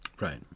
Right